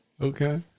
okay